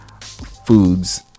foods